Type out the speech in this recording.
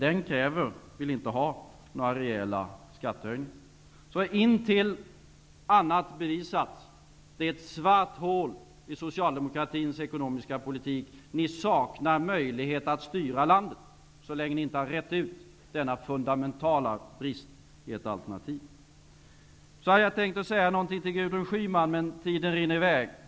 Den vill inte ha några rejäla skattehöjningar. Till dess att annat bevisats finns det ett svart hål i Socialdemokraternas ekonomiska politik. Ni saknar möjlighet att styra landet så länge ni inte har rett ut denna fundamentala brist i ert alternativ. Jag hade tänkt att säga något till Gudrun Schyman, men tiden rinner i väg.